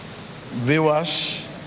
Viewers